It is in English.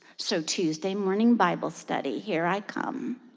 so tuesday morning bible study, here i come.